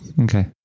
Okay